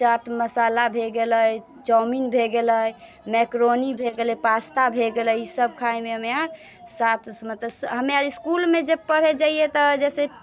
चाट मसाला भऽ गेलै चाउमीन भऽ गेलै मैक्रोनी भऽ गेलै पास्ता भऽ गेलै ईसब खाइमे हमे साथ हमे इसकुलमे जे पढ़ै जइए तऽ जइसे